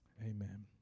amen